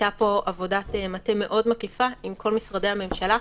הייתה פה עבודת מטה מאוד מקיפה עם כל משרדי הממשלה,